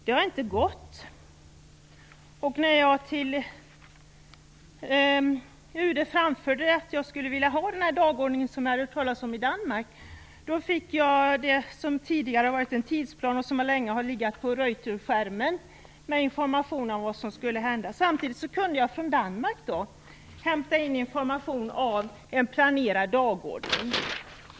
Det har inte gått, och när jag till UD framförde att jag skulle vilja ha den här dagordningen, som jag hade hört talas om i Danmark, fick jag det som tidigare har varit en tidsplan med information om vad som skulle hända och som länge har legat på Reuterskärmen. Samtidigt kunde jag från Danmark hämta in information om en planerad dagordning.